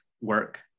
work